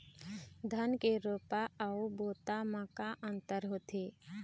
धन के रोपा अऊ बोता म का अंतर होथे?